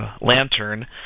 lantern